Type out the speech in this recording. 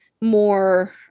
more